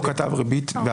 אם הוא כתב ריבית והצמדה,